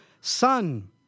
son